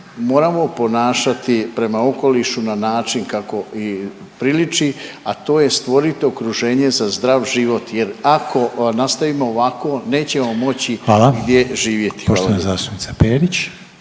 moramo ponašati prema okolišu na način kako i priliči, a to je stvoriti okruženje za zdrav život jer ako nastavimo ovako …/Upadica: Hvala./… gdje živjeti.